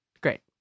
Great